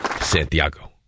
Santiago